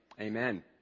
Amen